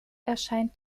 erscheint